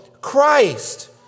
Christ